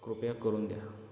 कृपया करून द्या